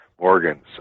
Morgans